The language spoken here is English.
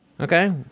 Okay